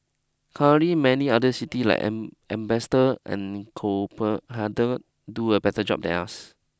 currently many other city like am am bastard and coper harder do a better job than us